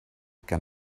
gan